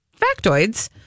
factoids